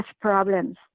problems